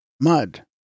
Mud